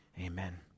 Amen